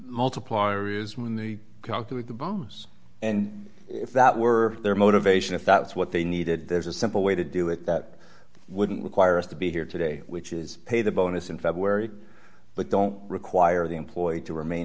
multiplier is when they calculate the bombs and if that were their motivation if that's what they needed there's a simple way to do it that wouldn't require us to be here today which is pay the bonus in february but don't require the employee to remain